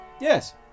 Yes